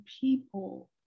people